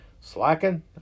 slacking